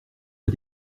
est